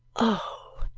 oh,